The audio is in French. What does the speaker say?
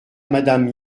madame